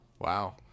wow